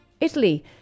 Italy